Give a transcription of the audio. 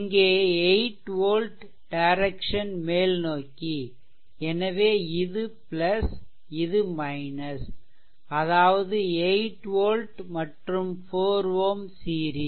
இங்கே 8 volt direction மேல்நோக்கி எனவே இது இது அதாவது 8 volt மற்றும் 4 Ω சீரிஸ்